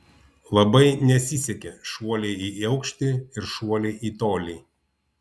labai nesisekė šuoliai į aukštį ir šuoliai į tolį